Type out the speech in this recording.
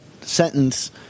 sentence